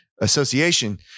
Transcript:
association